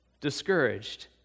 discouraged